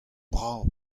brav